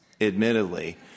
admittedly